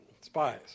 spies